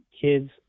kids